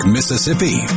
Mississippi